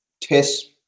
test